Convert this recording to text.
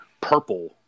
purple